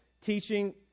teaching